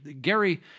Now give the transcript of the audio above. Gary